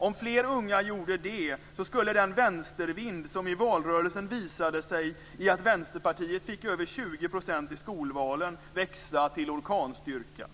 Om fler unga gjorde det skulle den vänstervind som i valrörelsen visade sig i att Vänsterpartiet fick över 20 % i skolvalen växa till orkanstyrka.